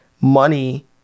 money